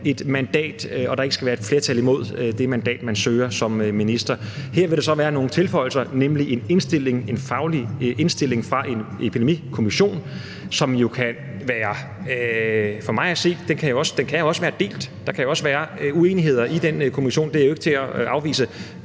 et mandat, og hvor der ikke skal være et flertal imod det mandat, man søger som minister. Her vil der så være nogle tilføjelser, nemlig en faglig indstilling fra en epidemikommission, som for mig at se også kan være delt. Der kan jo også være uenigheder i den kommission; det kan man jo ikke afvise.